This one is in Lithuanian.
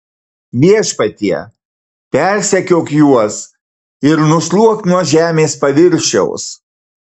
viešpatie persekiok juos ir nušluok nuo žemės paviršiaus